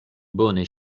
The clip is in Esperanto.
bone